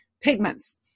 pigments